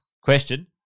question